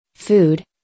Food